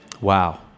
Wow